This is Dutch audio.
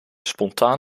spontaan